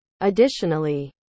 additionally